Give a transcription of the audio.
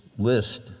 List